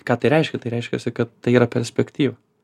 ką tai reiškia tai reiškiasi kad tai yra perspektyva